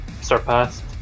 surpassed